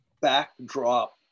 backdrop